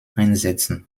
einsetzen